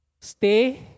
stay